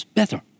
better